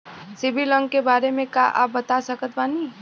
CIBIL अंक के बारे मे का आप बता सकत बानी?